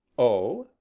oh?